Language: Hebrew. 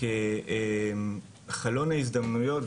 כחלון ההזדמנויות,